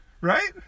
Right